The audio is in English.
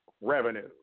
Revenue